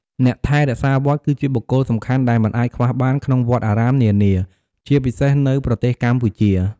អ្នកថែរក្សាវត្ត គឺជាបុគ្គលសំខាន់ដែលមិនអាចខ្វះបានក្នុងវត្តអារាមនានា ជាពិសេសនៅប្រទេសកម្ពុជា។